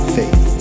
faith